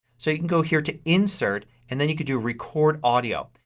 so you can go here to insert, and then you could do record audio.